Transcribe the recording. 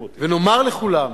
ונאמר לכולם: